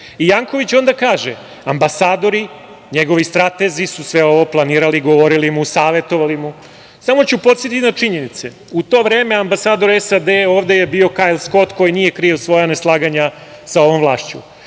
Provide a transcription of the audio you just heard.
Janković onda kaže – ambasadori, njegovi stratezi su sve ovo planirali i govorili mu, savetovali mu. Samo ću podsetiti na činjenice, u to vreme ambasador SAD ovde je bio Kajl Skot koji nije krio svoja neslaganja sa ovom vlašću,